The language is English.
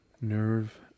nerve